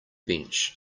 bench